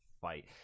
fight